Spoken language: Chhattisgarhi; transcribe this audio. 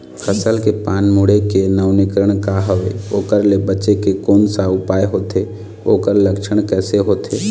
फसल के पान मुड़े के नवीनीकरण का हवे ओकर ले बचे के कोन सा उपाय होथे ओकर लक्षण कैसे होथे?